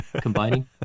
combining